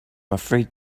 afraid